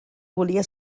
volia